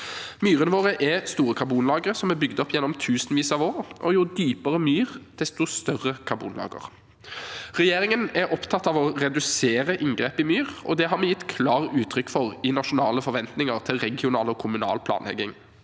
Myrene våre er store karbonlagre som er bygd opp gjennom tusenvis av år. Jo dypere myr, desto større karbonlager. Regjeringen er opptatt av å redusere inngrep i myr, og det har vi gitt klart uttrykk for i Nasjonale forventninger til regional og kommunal planlegging.